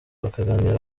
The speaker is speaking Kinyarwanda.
bakaganira